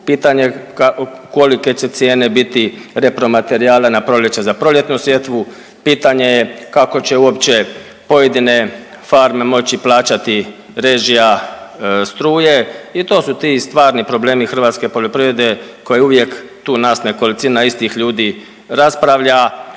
pitanje kolike će cijene biti repromaterijala na proljeće za proljetnu sjetvu, pitanje je kako će uopće pojedine farme moći plaćati režija struje i to su ti stvarni problemi hrvatske poljoprivrede koje uvijek tu nas nekolicina istih ljudi raspravlja,